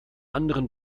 anderen